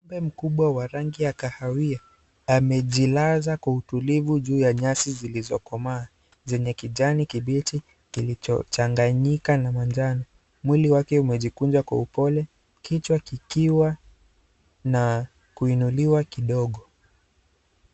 Ngombe mkubwa wa rangi ya kahawia amejilaza kwa utulivu juu ya nyasi zilizokomaa zenye kijani kibichi kilichochanganyika na manjano, mwili wake umejikunja kwa upole, kichwa kikiwa na kuinuliwa kidogo.